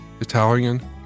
Italian